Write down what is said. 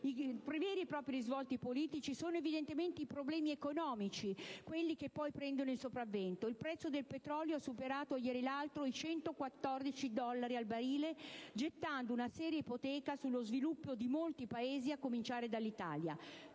i risvolti politici, sono evidentemente i problemi economici quelli che poi prendono il sopravvento. Il prezzo del petrolio ha superato ieri l'altro i 114 dollari al barile gettando una seria ipoteca sullo sviluppo di molti Paesi, a cominciare dall'Italia.